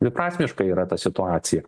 dviprasmiška yra ta situacija